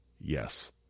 yes